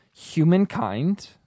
Humankind